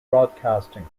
broadcasting